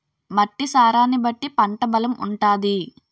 మట్టి సారాన్ని బట్టి పంట బలం ఉంటాది